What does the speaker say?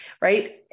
Right